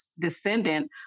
descendant